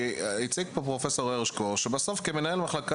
כי הציג פה פרופ' הרשקו שבסוף כמנהל מחלקה